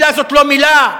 מלה זאת לא מלה.